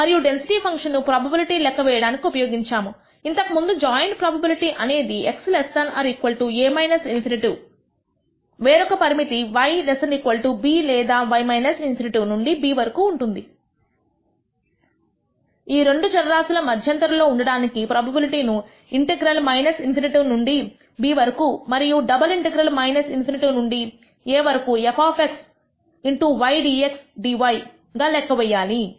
మరియు density function ను probability లెక్క వేయడానికి ఉపయోగించాము ఇంతకుముందు జాయింట్ ప్రోబబిలిటీ అనేది x a ∞ వేరొక పరిమితి y b లేదా y ∞ నుండి b వరకు ఉంటుంది ఈ రెండు చర రాశులు ఈ మధ్యంతర లో ఉండడానికి ప్రోబబిలిటీ ను ఇంటెగ్రల్ ∞ నుండి b వరకు మరియు డబల్ ఇంటెగ్రల్ ∞ నుండి డి a వరకు f y dx dy గా లెక్క వేయాలి